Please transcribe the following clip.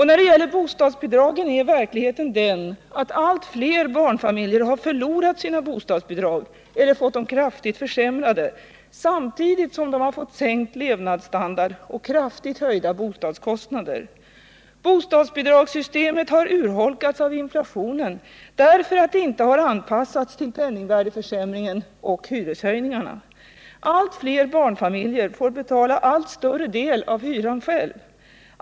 När det gäller bostadsbidragen så är verkligheten den att allt fler barnfamiljer förlorat sina bostadsbidrag eller fått dem kraftigt försämrade, samtidigt som de fått sänkt levnadsstandard och kraftigt höjda bostadskostnader. Bostadsbidragssystemet har urholkats av inflationen därför att det inte har anpassats till penningvärdeförsämringen och hyreshöjningarna. Allt fler barnfami. :er får betala allt större del av hyran själva.